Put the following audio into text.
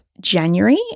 January